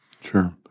Sure